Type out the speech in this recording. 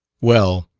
well,